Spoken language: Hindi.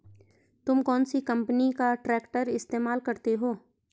तुम कौनसी कंपनी का ट्रैक्टर इस्तेमाल करते हो?